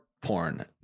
porn